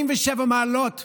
47 מעלות בפורטוגל,